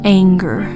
anger